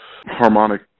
harmonic